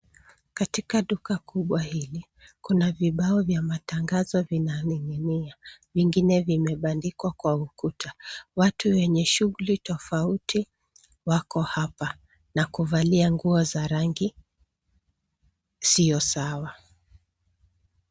Katika duka kubwa hili ,kuna vibao vya matangazo vinaning'inia vingine vimebandikwa kwa ukuta watu wenye shughuli tofauti wako hapa na kuvalia nguo za rangi sio sawa.